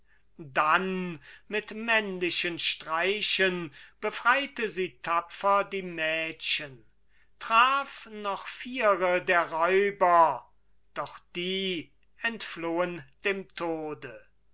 dann mit männlichen streichen befreite sie tapfer die mädchen traf noch viere der räuber doch die entflohen dem tode